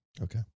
Okay